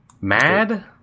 Mad